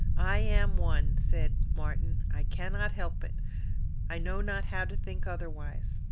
i am one, said martin. i cannot help it i know not how to think otherwise.